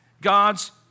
God's